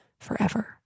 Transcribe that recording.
forever